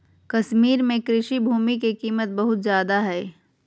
कश्मीर में कृषि भूमि के कीमत बहुत ज्यादा हइ